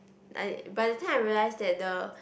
like by the time I realise that the